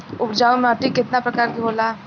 उपजाऊ माटी केतना प्रकार के होला?